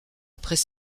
après